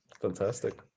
fantastic